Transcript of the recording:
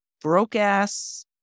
broke-ass